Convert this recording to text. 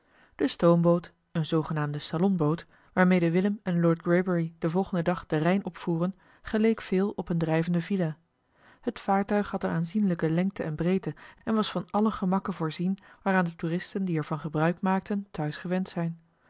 de stoomboot eene zoogenaamde salonboot waarmede willem en lord greybury den volgenden dag den rijn opvoeren geleek veel op eene drijvende villa het vaartuig had eene aanzienlijke lengte en breedte en was van alle gemakken voorzien waaraan de toeristen die er van gebruik maakten thuis gewend zijn